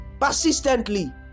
persistently